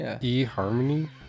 E-Harmony